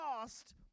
lost